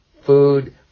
food